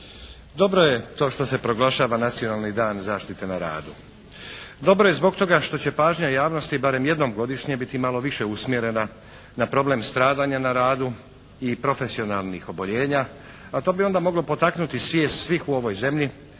Dobro je to što se proglašava Nacionalni dan zaštite na radu. Dobro je zbog toga što će pažnja javnosti barem jednom godišnje biti malo više usmjerena na problem stradanja na radu i profesionalnih oboljenja, a to bi onda moglo potaknuti svijest svih u ovoj zemlji